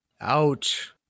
Ouch